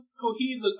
cohesive